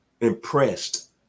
impressed